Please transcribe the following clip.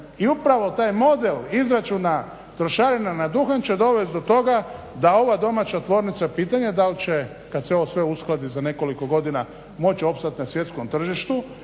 i upravo taj model izračuna trošarina na duhan će dovest do toga da ova domaća tvornica pitanje da li će kad se ovo sve uskladi za nekoliko godina moći opstati na svjetskom tržištu,